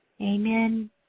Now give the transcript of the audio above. Amen